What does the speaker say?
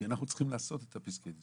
כי אנחנו צריכים לעשות את פסקי הדין.